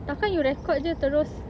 tak akan you record jer terus